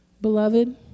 beloved